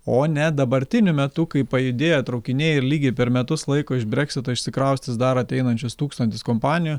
o ne dabartiniu metu kai pajudėjo traukiniai ir lygiai per metus laiko iš breksito išsikraustys dar ateinančius tūkstantis kompanijų